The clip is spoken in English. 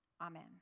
Amen